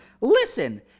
Listen